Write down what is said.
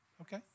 Okay